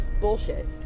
bullshit